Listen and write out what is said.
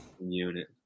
Unit